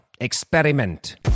experiment